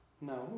No